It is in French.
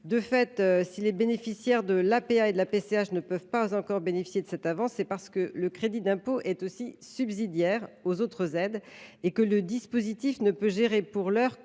De fait, si les bénéficiaires de l’APA et de la PCH ne peuvent pas encore bénéficier de cette avance, c’est parce que le crédit d’impôt est subsidiaire aux autres aides et que le dispositif ne peut gérer pour l’heure